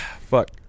fuck